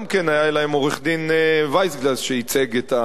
היה להם עורך-דין וייסגלס שייצג את הנושא הזה.